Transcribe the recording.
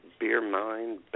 Beermine